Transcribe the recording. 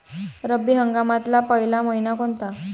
रब्बी हंगामातला पयला मइना कोनता?